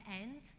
end